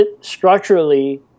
Structurally